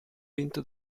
vinto